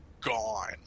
gone